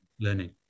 learning